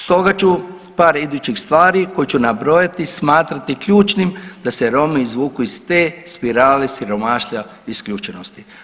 Stoga ću par idućih stvari koja ću nabrojati smatrati ključnim da se Romi izvuku iz te spirale siromaštva isključenosti.